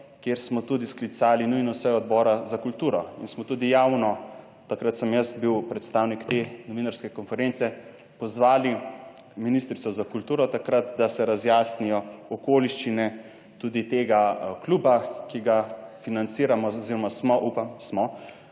kjer smo tudi sklicali nujno sejo Odbora za kulturo in smo tudi javno, takrat sem jaz bil predstavnik te novinarske konference, pozvali ministrico za kulturo takrat, da se razjasnijo okoliščine tudi tega kluba, ki ga financiramo oziroma smo, upam smo,